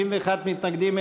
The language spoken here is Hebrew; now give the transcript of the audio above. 51 מתנגדים,